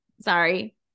Sorry